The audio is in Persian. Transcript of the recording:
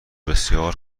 بسیار